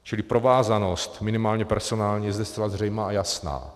Čili provázanost minimálně personální je zde zcela zřejmá a jasná.